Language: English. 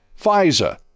FISA